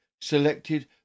selected